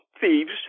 thieves